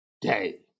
day